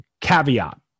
caveat